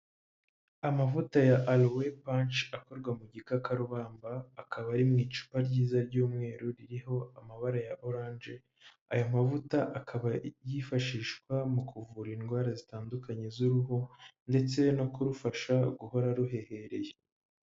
Amavuta ya aloe panch akorwa mu gikakarubamba, akaba ari mu icupa ryiza ry'umweru ririho amabara ya orange, aya mavuta akaba yifashishwa mu kuvura indwara zitandukanye z'uruhu ndetse no kurufasha guhora ruhehereye.